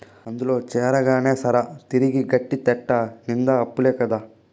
అందుల చేరగానే సరా, తిరిగి గట్టేటెట్ట నిండా అప్పులే కదా